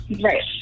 Right